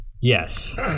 Yes